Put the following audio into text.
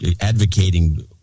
advocating